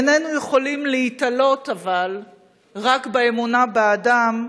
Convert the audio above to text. אבל איננו יכולים להיתלות רק באמונה באדם,